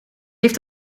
heeft